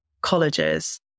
colleges